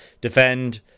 defend